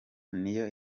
niyo